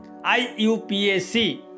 IUPAC